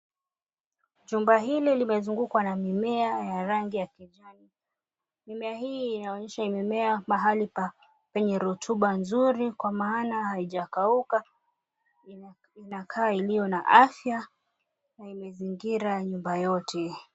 Chumba hili limezungukwa na mimea ya rangi ya kijani. Mimea hii inaonyesha imemea pahali penye rotuba nzuri kwa maana haijakauka inakaa iliyo na afya na imezingira nyumba yote.